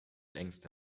ängste